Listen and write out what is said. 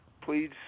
Please